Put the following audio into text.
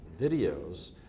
videos